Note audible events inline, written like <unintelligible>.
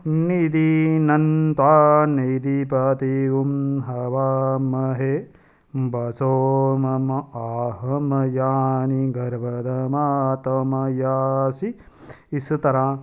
<unintelligible>